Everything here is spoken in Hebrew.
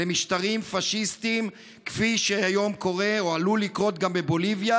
למשטרים פשיסטיים כפי שהיום קורה או עלול לקרות גם בבוליביה,